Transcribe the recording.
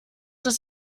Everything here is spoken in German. dass